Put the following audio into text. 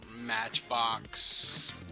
Matchbox